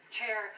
chair